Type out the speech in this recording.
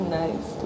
nice